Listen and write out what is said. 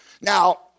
Now